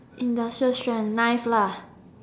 industrial strength knife lah